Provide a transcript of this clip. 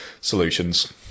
solutions